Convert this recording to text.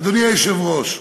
אדוני היושב-ראש,